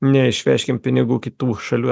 neišvežkim pinigų kitų šalių